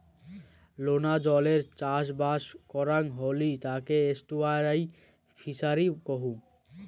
লোনা জলে চাষবাস করাং হলি তাকে এস্টুয়ারই ফিসারী কুহ